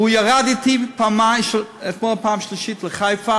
והוא ירד אתי אתמול פעם שלישית לחיפה